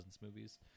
movies